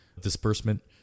disbursement